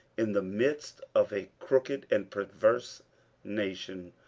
in the midst of a crooked and perverse nation,